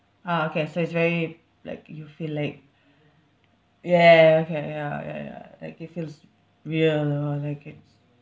ah okay so it's very like you feel like ya ya ya okay ya ya ya like you feel it's real and all like it's